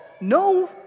No